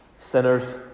Sinners